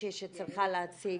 מישהי שצריכה להציג.